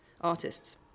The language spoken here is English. artists